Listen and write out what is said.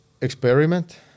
experiment